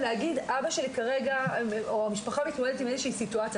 להגיד: המשפחה מתמודדת עם איזושהי סיטואציה.